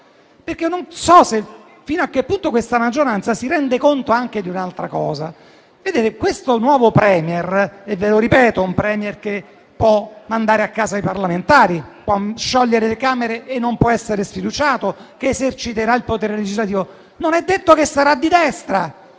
perché non so fino a che punto questa maggioranza si renda conto anche di un'altra cosa. Il nuovo *Premier* - ve lo ripeto - può mandare a casa i parlamentari, può sciogliere le Camere, non può essere sfiduciato, eserciterà il potere legislativo. Non è detto che sarà di destra